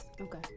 Okay